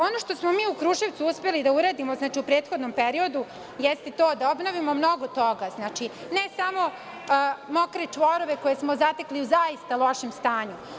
Ono što smo mi uspeli u Kruševcu da uradimo, u prethodnom periodu jeste to da obnovimo mnogo toga, ne samo mokre čvorove koje smo zatekli u zaista lošem stanju.